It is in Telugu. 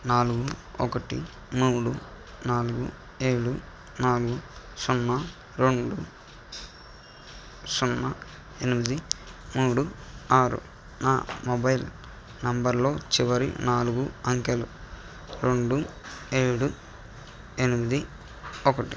నాలుగు ఒకటి మూడు నాలుగు ఏడు నాలుగు సున్నా రెండు సున్నా ఎనిమిది మూడు ఆరు నా మొబైల్ నంబర్లో చివరి నాలుగు అంకెలు రెండు ఏడు ఎనిమిది ఒకటి